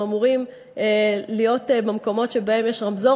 הם אמורים להיות במקומות שבהם יש רמזור